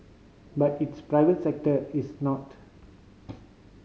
but its private sector is not